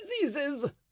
diseases—